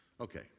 Okay